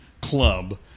club